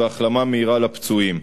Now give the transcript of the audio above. והחלמה מהירה לפצועים.